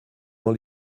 dans